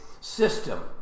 system